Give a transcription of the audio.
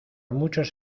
muchos